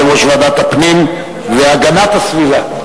יושב-ראש ועדת הפנים והגנת הסביבה.